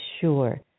sure